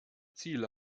ziele